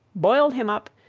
boiled him up,